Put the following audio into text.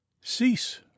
cease